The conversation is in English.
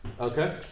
Okay